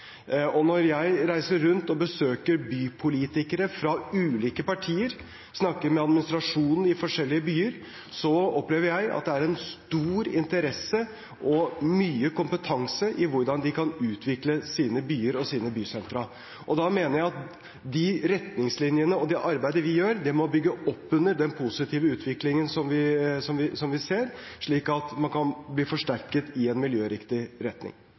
Når jeg reiser rundt og besøker bypolitikere fra ulike partier, snakker med administrasjonen i forskjellige byer, opplever jeg at det er stor interesse og mye kompetanse med tanke på hvordan de kan utvikle sine byer og sine bysentra. Da mener jeg at de retningslinjene og det arbeidet vi gjør, må bygge opp under den positive utviklingen som vi ser, slik at man kan bli forsterket i en miljøriktig retning.